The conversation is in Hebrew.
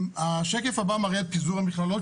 השקף הבא מראה את פיזור המכללות,